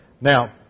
Now